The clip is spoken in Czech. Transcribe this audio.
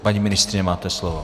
Paní ministryně, máte slovo.